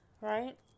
right